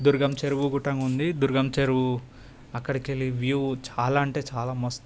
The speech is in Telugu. దుర్గం చెరువు కూడంగా ఉంది దుర్గం చెరువు అక్కడికెళ్ళి వ్యూ చాలా అంటే చాలా మస్తు